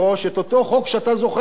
את אותו חוק שאתה זוכר,